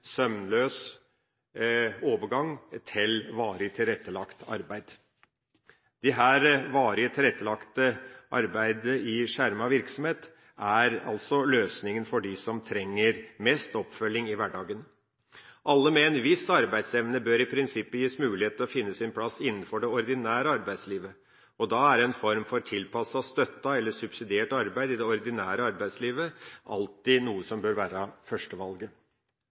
sømløs overgang til varig tilrettelagt arbeid. Dette varig tilrettelagte arbeidet i skjermet virksomhet er altså løsningen for dem som trenger mest oppfølging i hverdagen. Alle med en viss arbeidsevne bør i prinsippet gis mulighet til å finne sin plass innenfor det ordinære arbeidslivet, og da bør alltid en form for tilpasset, støttet eller subsidiert arbeid i det ordinære arbeidslivet være førstevalget.